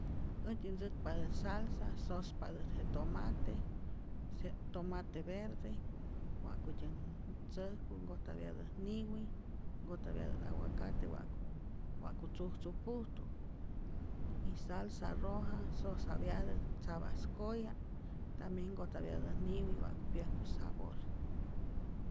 Äjtyän ntzäkpatät salsa sospatät je tomate, se' tomate verde, wa'kutyän ntzäjku nkojtapyatät niwi, nkojtapyatät aguacate wa'ku wa'ku tzujtzu pujtu, y salsa roja sosapyatät tzapas koya', tambien nkojtapyatät niwi wa'ku pyäjku sabor.